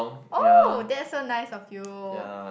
oh that's so nice of you